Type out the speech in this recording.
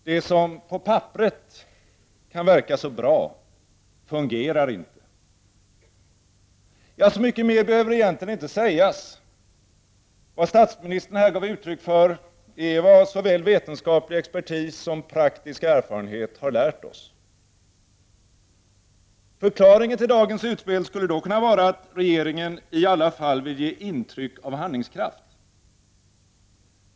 Det som på papperet kan verka så bra fungerar inte.” Så mycket mer behöver egentligen inte sägas. Vad statsministern här gav uttryck åt är vad såväl vetenskaplig expertis som praktisk erfarenhet har lärt OSS. Förklaringen till dagens utspel skulle då kunna vara att regeringen i alla fall vill ge intryck av handlingskraft.